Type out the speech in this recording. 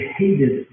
hated